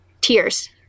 tears